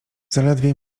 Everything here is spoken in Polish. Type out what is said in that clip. zaledwie